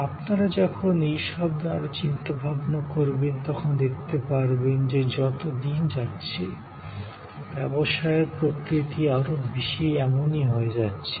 আপনারা যখন এইসব নিয়ে আরো চিন্তা ভাবনা করবেন তখন দেখতে পারবেন যে যত দিন যাচ্ছে ব্যবসায়ের প্রকৃতি আরো বেশি এমনি হয় যাচ্ছে